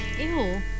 Ew